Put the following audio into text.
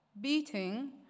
beating